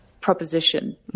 proposition